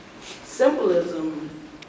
Symbolism